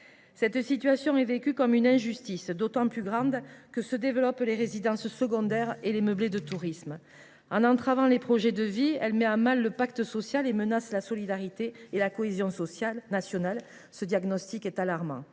Cette situation est vécue comme une injustice d’autant plus grande que, dans le même temps, se développent les résidences secondaires et les meublés de tourisme. En entravant des projets de vie, elle met à mal le pacte social. Elle menace la solidarité et la cohésion nationale. Face à ce diagnostic alarmant,